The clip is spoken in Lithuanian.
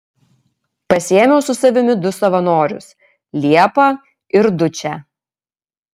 pasiėmiau su savimi du savanorius liepą ir dučę